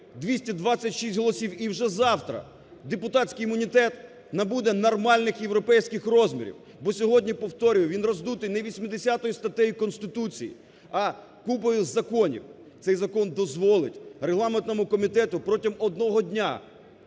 226 голосів і вже завтра депутатський імунітет набуде нормальних європейських розмірів, бо сьогодні, повторюю, він роздутий не 80 статтею Конституції, а купою законів. Цей закон дозволить регламентному комітету протягом одного дня